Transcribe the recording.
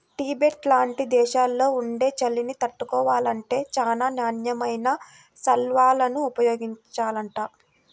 Tibet లాంటి దేశాల్లో ఉండే చలిని తట్టుకోవాలంటే చానా నాణ్యమైన శాల్వాలను ఉపయోగించాలంట